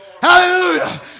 Hallelujah